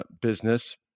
business